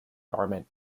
garment